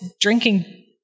drinking